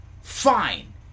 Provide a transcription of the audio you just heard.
Fine